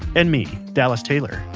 and me, dallas taylor.